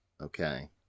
okay